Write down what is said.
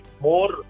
more